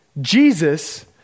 Jesus